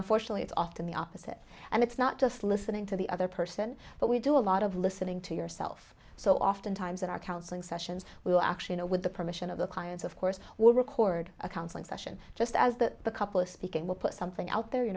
unfortunately it's often the opposite and it's not just listening to the other person but we do a lot of listening to yourself so oftentimes in our counseling sessions we will actually know with the permission of the clients of course will record a counseling session just as the couple is speaking we'll put something out there you